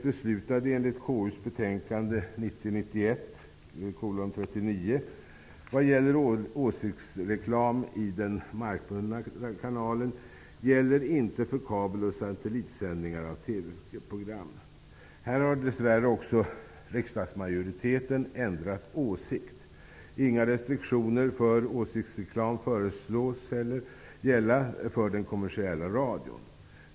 1990/91:39 vad gäller åsiktsreklam i den markbundna kanalen gäller inte för kabel och satellitsändningar av TV-program. Här har dess värre riksdagsmajoriteten ändrat åsikt. Inga restriktioner för åsiktsreklam föreslås heller gälla för den kommersiella radion.